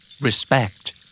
respect